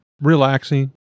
relaxing